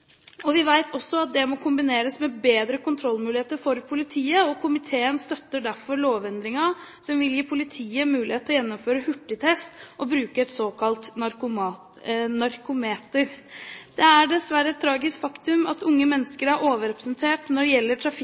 Vi vet også at det må kombineres med bedre kontrollmuligheter for politiet. Komiteen støtter derfor lovendringen som vil gi politiet mulighet til å gjennomføre hurtigtest og bruke et såkalt narkometer. Det er dessverre et tragisk faktum at unge mennesker er overrepresentert når det gjelder